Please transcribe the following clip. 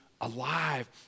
alive